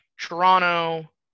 Toronto